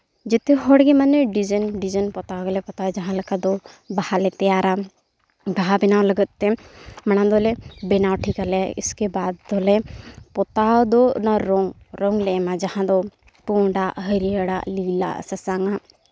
ᱡᱚᱛᱚ ᱦᱚᱲ ᱜᱮ ᱢᱟᱱᱮ ᱰᱤᱡᱟᱭᱤᱱ ᱰᱤᱡᱟᱭᱤᱱ ᱯᱚᱛᱟᱣ ᱜᱮᱞᱮ ᱯᱚᱛᱟᱣᱟ ᱡᱟᱦᱟᱸᱞᱮᱠᱟ ᱫᱚ ᱵᱟᱦᱟ ᱞᱮ ᱛᱮᱭᱟᱨᱟ ᱵᱟᱦᱟ ᱵᱮᱱᱟᱣ ᱞᱟᱹᱜᱤᱫ ᱛᱮ ᱚᱱᱟ ᱫᱚᱞᱮ ᱵᱮᱱᱟᱣ ᱴᱷᱤᱠᱟᱞᱮ ᱤᱥᱠᱮᱵᱟᱫ ᱫᱚᱞᱮ ᱯᱚᱛᱟᱣ ᱫᱚ ᱚᱱᱟ ᱨᱚᱝ ᱨᱚᱝ ᱞᱮ ᱮᱢᱟ ᱡᱟᱦᱟᱸ ᱫᱚ ᱯᱩᱸᱰᱟᱜ ᱦᱟᱹᱨᱭᱟᱹᱲᱟᱜ ᱞᱤᱞᱟᱜ ᱥᱟᱥᱟᱝᱟᱜ